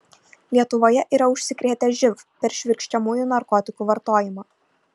lietuvoje yra užsikrėtę živ per švirkščiamųjų narkotikų vartojimą